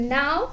now